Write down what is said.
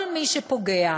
כל מי שפוגע